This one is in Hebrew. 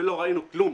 ולא ראינו כלום.